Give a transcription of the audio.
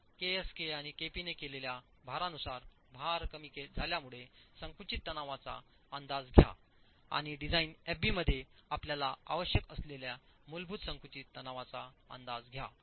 तरkskaआणिkp ने केलेल्या भारानुसारभार कमी झाल्यामुळे संकुचित तणावाचाअंदाज घ्या आणि डिझाइन एफ बी मध्ये आपल्याला आवश्यक असलेल्या मूलभूत संकुचित तणावाचा अंदाज घ्या